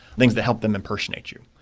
things to help them impersonate you.